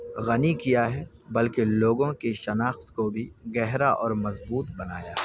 غنی کیا ہے بلکہ لوگوں کی شناخت کو بھی گہرا اور مضبوط بنایا ہے